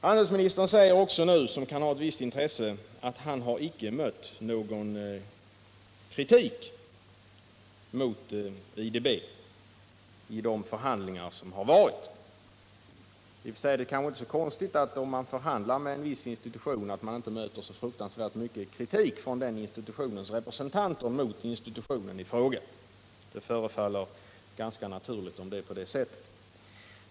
Handelsministern säger nu också — vilket kan ha ett visst intresse - att han inte har mött någon kritik mot IDB under de förhandlingar som skett. I och för sig är det kanske inte så konstigt att man, om man förhandlar med en viss institution, inte möter så fruktansvärt mycket kritik från institutionens representanter mot institutionen i fråga — det förefaller ganska naturligt om det är på det sättet.